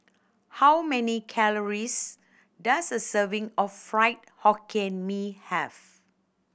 how many calories does a serving of Fried Hokkien Mee have